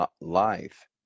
life